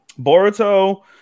Boruto